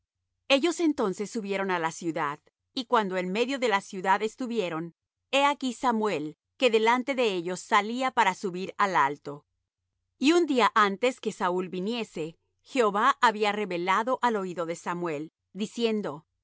ellos entonces subieron á la ciudad y cuando en medio de la ciudad estuvieron he aquí samuel que delante de ellos salía para subir al alto y un día antes que saúl viniese jehová había revelado al oído de samuel diciendo